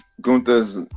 Gunther's